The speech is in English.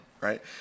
right